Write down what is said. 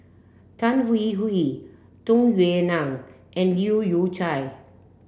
Tan Hwee Hwee Tung Yue Nang and Leu Yew Chye